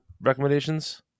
recommendations